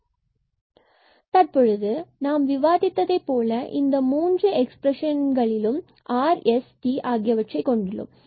rfxxxy2e x2 4y24 20x28x4 y22x2y2 sfxyxy4xye x2 4y2 1716x24y2 tfyyxy2e x2 4y21 20y2 16x2 128x2y232y4 தற்பொழுது நாம் விவாதித்தது போலவே இந்த மூன்று எக்ஸ்பிரஷன்களிலும் r s மற்றும் tஐ நாம் கொண்டுள்ளோம்